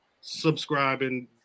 subscribing